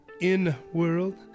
in-world